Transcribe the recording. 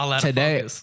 today